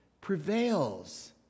prevails